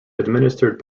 administered